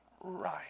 right